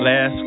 Last